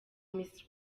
miss